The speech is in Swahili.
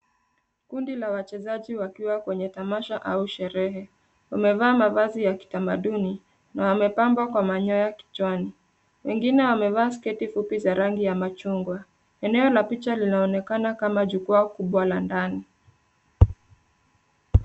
Kundi la wachezaji wakiwa kwenye tamasha au sherehe. Wamevaa mavazi ya kitamaduni na wamepambwa kwa manyoya kichwani. Wengine wamevaa sketi fupi za rangi ya machungwa. Eneo la picha linaonekana kama jukwaa kubwa la ndani.